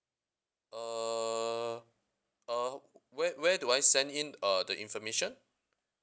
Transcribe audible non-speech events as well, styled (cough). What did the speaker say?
err uh (noise) where where do I send in uh the information